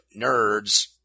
nerds